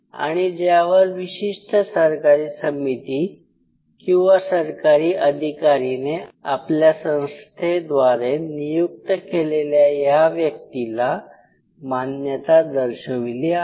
आणि ज्यावर विशिष्ट सरकारी समिती किंवा सरकारी अधिकारीने आपल्या संस्थेद्वारे नियुक्त केलेल्या या व्यक्तीला मान्यता दर्शविली आहे